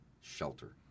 shelter